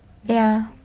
ya